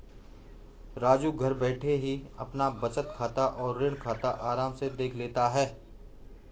राजू घर बैठे ही अपना बचत खाता और ऋण खाता आराम से देख लेता है